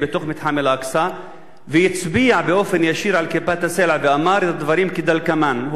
בתוך מתחם אל-אקצא והצביע באופן ישיר על כיפת-הסלע ואמר דברים כדלקמן,